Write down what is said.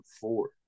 four